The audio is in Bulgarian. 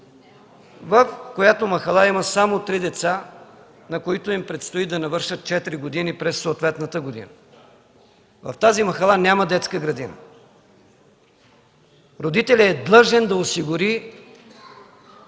в която махала има само три деца, на които им предстои да навършат четири години през съответната година. В тази махала няма детска градина. Родителят е длъжен да осигури